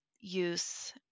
use